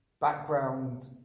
background